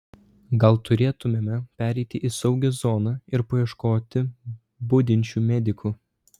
gal turėtumėme pereiti į saugią zoną ir paieškoti budinčių medikų